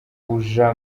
uja